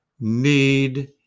need